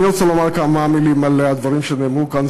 אני רוצה לומר כמה מילים על הדברים שנאמרו כאן.